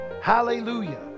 hallelujah